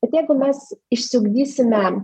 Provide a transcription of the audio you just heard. bet jeigu mes išsiugdysime